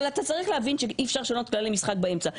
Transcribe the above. אבל אתה צריך להבין שאי אפשר לשנות כללי משחק באמצע.